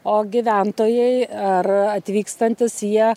o gyventojai ar atvykstantys jie